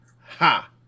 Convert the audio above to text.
ha